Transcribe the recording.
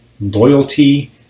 loyalty